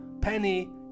Penny